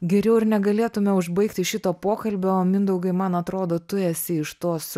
geriau ir negalėtume užbaigti šito pokalbio mindaugai man atrodo tu esi iš tos